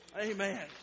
Amen